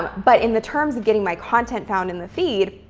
but in the terms of getting my content found in the feed,